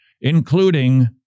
including